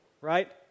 right